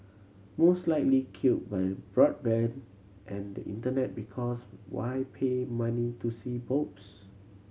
most likely killed by broadband and the Internet because why pay money to see boobs